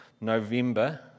November